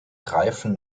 greifen